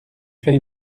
fait